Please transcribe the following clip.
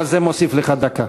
על זה אני מוסיף לך דקה.